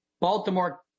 Baltimore